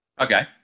okay